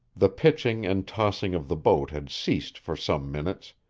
the pitching and tossing of the boat had ceased for some minutes,